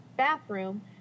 bathroom